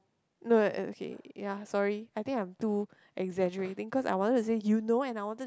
no okay ya sorry I think I'm too exaggerating because I wanted to say you know and I wanted